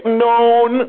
known